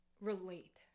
relate